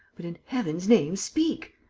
but, in heaven's name, speak.